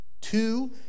Two